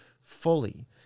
fully